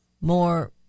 more